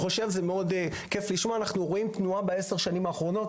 אנחנו רואים תנועה בעשר השנים האחרונות,